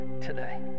today